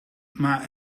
maar